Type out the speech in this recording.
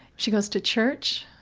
she goes to church,